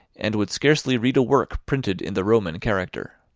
and would scarcely read a work printed in the roman character.